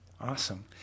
Awesome